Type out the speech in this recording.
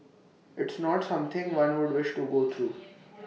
it's not something one would wish to go through